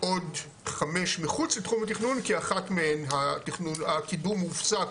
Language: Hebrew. עוד חמש מחוץ לתחום התכנון כי אחת מהן הקידום הופסק